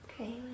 Okay